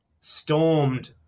stormed